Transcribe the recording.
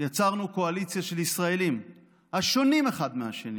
יצרנו קואליציה של ישראלים השונים אחד מהשני